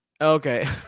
okay